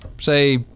say